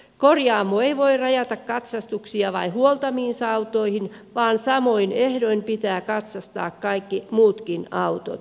korjaamo ei voi rajata katsastuksia vain huoltamiinsa autoihin vaan samoin ehdoin pitää katsastaa kaikki muutkin autot